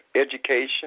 education